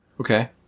Okay